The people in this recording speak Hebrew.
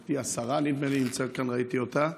השרה, נדמה לי שראיתי אותה,